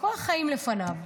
כל החיים לפניו,